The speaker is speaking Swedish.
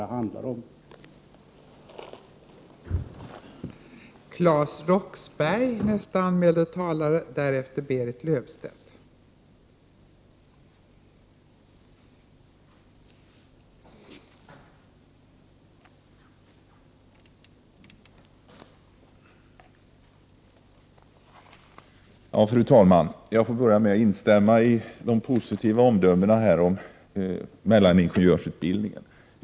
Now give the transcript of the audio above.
1988/89:120